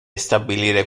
stabilire